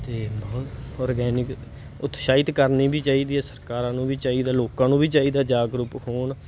ਅਤੇ ਔ ਔਰਗੈਨਿਕ ਉਤਸ਼ਾਹਿਤ ਕਰਨੀ ਵੀ ਚਾਹੀਦੀ ਹੈ ਸਰਕਾਰਾਂ ਨੂੰ ਵੀ ਚਾਹੀਦਾ ਲੋਕਾਂ ਨੂੰ ਵੀ ਚਾਹੀਦਾ ਜਾਗਰੂਕ ਹੋਣ